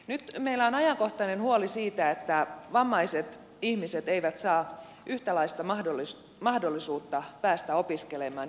nyt meillä on ajankohtainen huoli siitä että vammaiset ihmiset eivät saa yhtäläistä mahdollisuutta päästä opiskelemaan